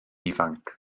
ifanc